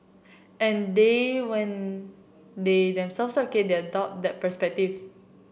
and then when they themselves have kid they adopt that perspective